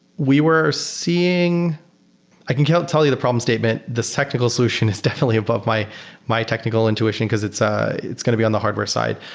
we were seeing i can tell tell you the problem statement. this technical solution is definitely above my my technical intuition because it's ah it's going to be on the hardware side.